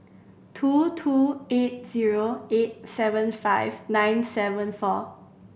two two eight zero eight seven five nine seven four